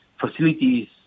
facilities